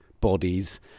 bodies